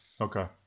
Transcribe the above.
Okay